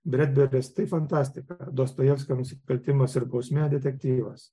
bredberis tai fantastika dostojevskio nusikaltimas ir bausmė detektyvas